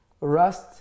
rust